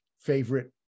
favorite